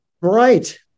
Right